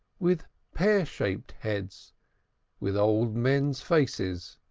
with pear-shaped heads with old men's faces,